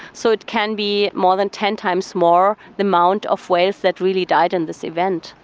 so it can be more than ten times more the amount of whales that really died in this event.